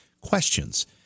questions